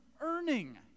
earning